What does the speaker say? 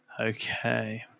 okay